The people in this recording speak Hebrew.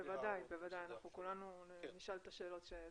בוודאי, אנחנו כולנו נשאל את השאלות.